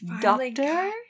Doctor